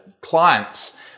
clients